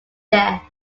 there